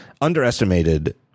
underestimated